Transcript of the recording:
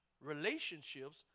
relationships